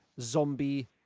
Zombie